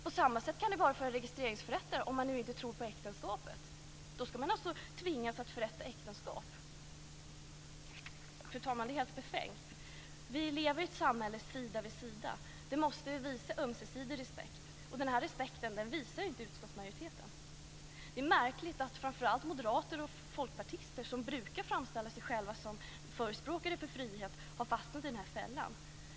På samma sätt kan det vara för en registreringsförrättare om man inte tror på äktenskapet. Då ska man alltså tvingas att förrätta äktenskap. Fru talman! Det är helt befängt. Vi lever i ett samhälle sida vid sida, och då måste vi visa ömsesidig respekt. Men den respekten visar inte utskottsmajoriteten. Det är märkligt att framför allt moderater och folkpartister, som brukar framställa sig själva som förespråkare för frihet, har fastnat i den här fällan.